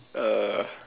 uh